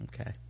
okay